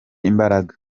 imbaraga